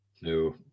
No